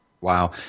Wow